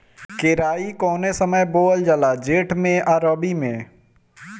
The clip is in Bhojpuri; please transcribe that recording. केराई कौने समय बोअल जाला जेठ मैं आ रबी में?